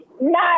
No